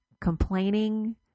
Complaining